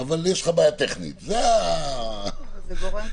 --- אבל עכשיו אני שואל אותך,